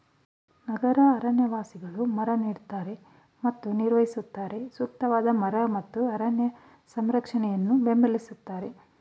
ನಗರ ಅರಣ್ಯವಾಸಿಗಳು ಮರ ನೆಡ್ತಾರೆ ಮತ್ತು ನಿರ್ವಹಿಸುತ್ತಾರೆ ಸೂಕ್ತವಾದ ಮರ ಮತ್ತು ಅರಣ್ಯ ಸಂರಕ್ಷಣೆಯನ್ನು ಬೆಂಬಲಿಸ್ತಾರೆ